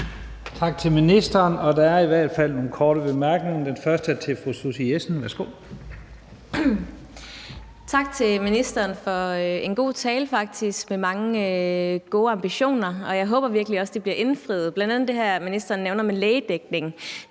Tak til ministeren. Der er i hvert fald nogle korte bemærkninger. Den første er til fru Susie Jessen. Værsgo. Kl. 19:33 Susie Jessen (DD): Tak til ministeren for en faktisk god tale med mange gode ambitioner. Jeg håber virkelig også, de bliver indfriet, bl.a. det her, ministeren nævner, med lægedækning.